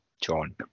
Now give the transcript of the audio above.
John